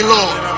Lord